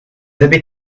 abbés